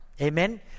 Amen